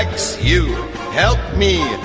you help me.